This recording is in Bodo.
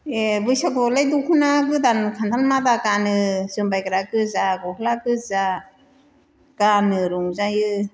ए बैसागुआवलाय दख'ना गोदान खान्थाल मादा गानो जोमबायग्रा गोजा गस्ला गोजा गानो रंजायो